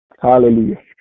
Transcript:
Hallelujah